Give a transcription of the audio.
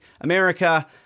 America